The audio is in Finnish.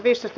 asia